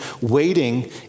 waiting